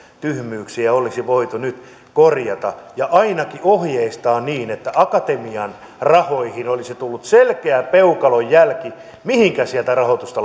tyhmyyksiä olisi voitu nyt korjata ja ainakin ohjeistaa niin että akatemian rahoihin olisi tullut selkeä peukalonjälki mihinkä sieltä rahoitusta